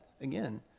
again